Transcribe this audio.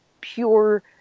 pure